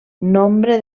nombre